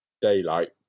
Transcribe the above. daylight